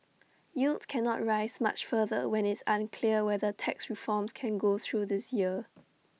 yields cannot rise much further when IT is unclear whether tax reforms can go through this year